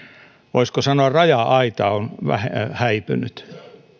voisiko sanoa raja aita on häipynyt